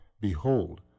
Behold